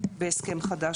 בהסכם חדש,